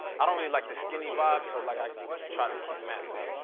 i don't really like the skinny vibe so like i try to keep mass on.